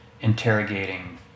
interrogating